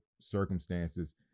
circumstances